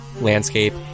landscape